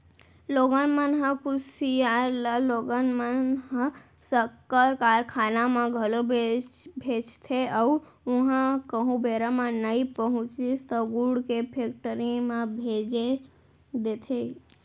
लोगन मन ह कुसियार ल लोगन मन ह सक्कर कारखाना म घलौ भेजथे अउ उहॉं कहूँ बेरा म नइ पहुँचिस त गुड़ के फेक्टरी म भेज देथे